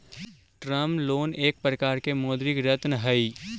term loan एक प्रकार के मौदृक ऋण हई